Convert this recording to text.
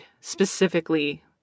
specifically